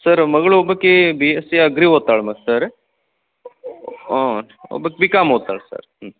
sir ಮಗಳು ಒಬ್ಬಾಕೆ B S C agri ಓದ್ತಾಳೆ ಮತ್ತು ಸರ್ ಹ್ಞೂ ಒಬ್ಬಾಕೆ ಬಿ ಕಾಮ್ ಓದ್ತಾಳೆ ಸರ್ ಹ್ಞೂ